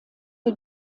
für